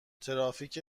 ترافیک